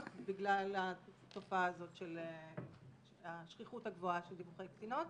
בגלל התופעה הזאת של השכיחות הגבוהה של דיווחי קטינות.